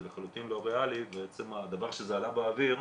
זה לחלוטין לא ריאלי, ועצם הדבר שזה עלה באוויר,